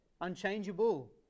unchangeable